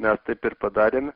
mes taip ir padarėm